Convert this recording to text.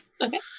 Okay